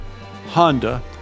Honda